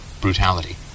brutality